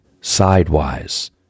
sidewise